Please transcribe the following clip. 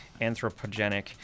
anthropogenic